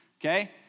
okay